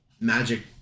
magic